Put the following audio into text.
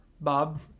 Bob